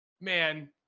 man